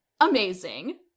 amazing